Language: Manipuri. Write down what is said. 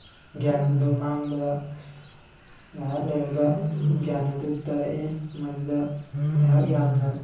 ꯒ꯭ꯌꯥꯟꯗꯨ ꯃꯥꯡꯕꯗ ꯉꯥꯏꯍꯥꯛ ꯂꯩꯔꯒ ꯒ꯭ꯌꯥꯟ ꯑꯗꯨ ꯇꯥꯔꯛꯏ ꯃꯗꯨꯗ ꯑꯩꯍꯥꯛ ꯌꯥꯝꯅ